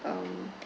po~ uh um